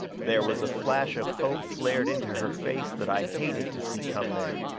there was a flash of hope flared into her face that i hated to see come there.